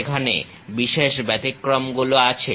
সেখানে বিশেষ ব্যতিক্রমগুলো আছে